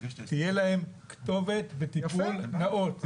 תהיה להם כתובת וטיפול נאות.